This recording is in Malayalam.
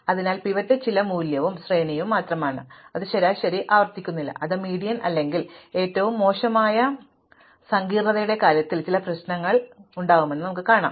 അതിനാൽ പിവറ്റ് ചില മൂല്യവും ശ്രേണിയും മാത്രമാണ് അത് ശരാശരി ആയിരിക്കേണ്ടതില്ല അത് മീഡിയൻ അല്ലായെങ്കിൽ ഇത് ഏറ്റവും മോശമായ സങ്കീർണ്ണതയുടെ കാര്യത്തിൽ ചില പ്രശ്നങ്ങളിൽ കലാശിക്കുമെന്ന് ഞങ്ങൾ കാണും പക്ഷേ നമുക്ക് അത് അവഗണിക്കാം